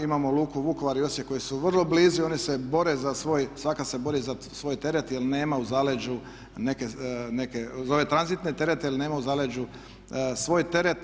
Imamo luku Vukovar i Osijek koje su vrlo blizu i one se bore za svoj, svaka se bori za svoj teret jer nema u zaleđu neke, za ove tranzitne terete jer nema u zaleđu svoj teret.